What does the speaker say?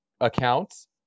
accounts